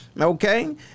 Okay